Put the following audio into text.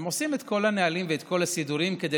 והם עושים את כל הנהלים ואת כל הסידורים כדי